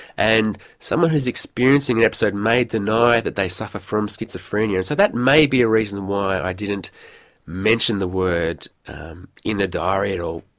and someone who is experiencing an episode may deny that they suffer from schizophrenia. so that may be a reason why i didn't mention the word in the diary at all,